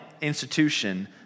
institution